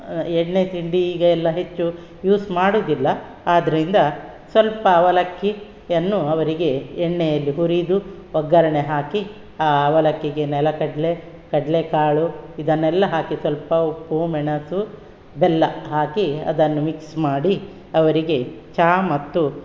ಎಣ್ಣೆ ತಿಂಡಿ ಈಗ ಎಲ್ಲ ಹೆಚ್ಚು ಯೂಸ್ ಮಾಡೋದಿಲ್ಲ ಆದ್ದರಿಂದ ಸ್ವಲ್ಪ ಅವಲಕ್ಕಿಯನ್ನು ಅವರಿಗೆ ಎಣ್ಣೆಯಲ್ಲಿ ಹುರಿದು ಒಗ್ಗರಣೆ ಹಾಕಿ ಆ ಅವಲಕ್ಕಿಗೆ ನೆಲಗಡಲೆ ಕಡಲೇಕಾಳು ಇದನ್ನೆಲ್ಲ ಹಾಕಿ ಸ್ವಲ್ಪ ಉಪ್ಪು ಮೆಣಸು ಬೆಲ್ಲ ಹಾಕಿ ಅದನ್ನು ಮಿಕ್ಸ್ ಮಾಡಿ ಅವರಿಗೆ ಚಹಾ ಮತ್ತು